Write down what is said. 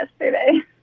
yesterday